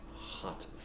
hot